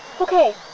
Okay